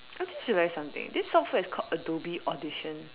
I just realized something this software is called Adobe audition